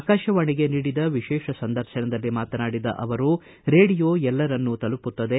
ಆಕಾಶವಾಣಿಗೆ ನೀಡಿದ ವಿಶೇಷ ಸಂದರ್ಶನದಲ್ಲಿ ಮಾತನಾಡಿದ ಅವರು ರೇಡಿಯೋ ಎಲ್ಲರನ್ನೂ ತಲುಪುತ್ತದೆ